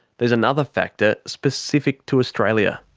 there's another factor specific to australia.